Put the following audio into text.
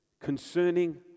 concerning